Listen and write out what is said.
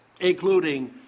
including